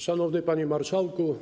Szanowny Panie Marszałku!